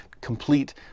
complete